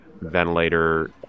ventilator